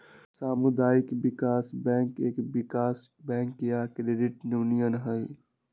सामुदायिक विकास बैंक एक विकास बैंक या क्रेडिट यूनियन हई